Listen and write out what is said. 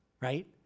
right